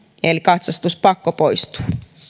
eli katsastuspakko poistuu